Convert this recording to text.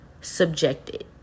subjected